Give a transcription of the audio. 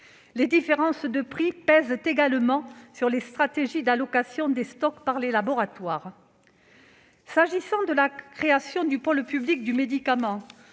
Les différences de prix pèsent également sur les stratégies d'allocation des stocks par les laboratoires. S'agissant de la création d'un pôle public du médicament,